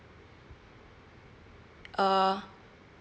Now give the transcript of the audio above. uh